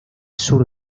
sur